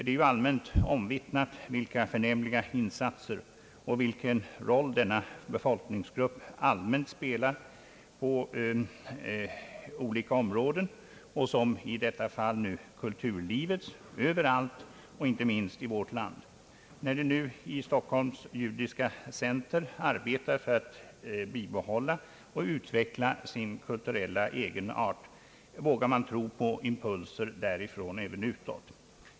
Det är ju allmänt omvittnat vilka förnämliga insatser och vilken roll denna befolkningsgrupp allmänt spelar på olika områden, såsom i detta fall på kulturlivets område, och inte minst i vårt land. När man som i Stockholms Judiska Center arbetar för att bibehålla och utveckla sin kulturella egenart vågar man tro på impulser därifrån även utåt.